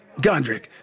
Gondrick